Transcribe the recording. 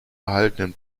erhaltenen